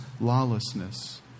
lawlessness